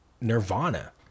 Nirvana